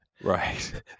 Right